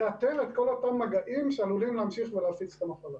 לאתר את כל אותם מגעים שעלולים להמשיך ולהפיץ את המחלה.